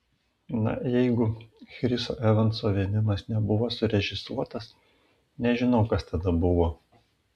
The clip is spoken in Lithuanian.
na jeigu chriso evanso vėmimas nebuvo surežisuotas nežinau kas tada buvo